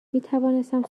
میتوانستم